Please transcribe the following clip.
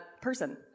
person